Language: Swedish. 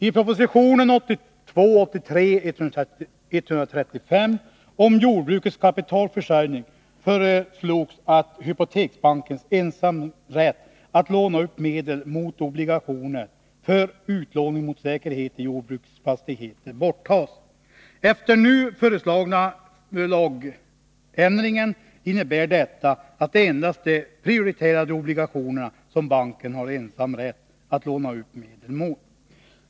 I proposition 1982/83:135 om jordbrukets kapitalförsörjning föreslås att hypoteksbankens ensamrätt att låna upp medel mot obligationer för utlåning mot säkerhet i jordbruksfastigheter tas bort. Den nu föreslagna lagändringen innebär att det endast är de prioriterade obligationerna som bankerna har ensamrätt att låna upp medel mot.